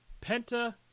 Penta